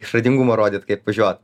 išradingumą rodyt kaip važiuot